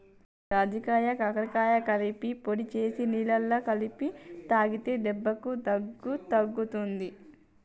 జాజికాయ కరక్కాయ కలిపి పొడి చేసి నీళ్లల్ల కలిపి తాగితే దెబ్బకు దగ్గు తగ్గుతది